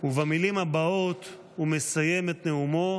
ובמילים הבאות הוא מסיים את נאומו,